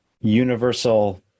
universal